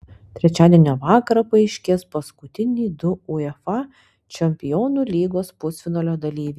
trečiadienio vakarą paaiškės paskutiniai du uefa čempionų lygos pusfinalio dalyviai